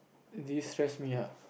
this stress me ah